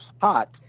hot